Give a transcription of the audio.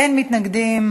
אין מתנגדים.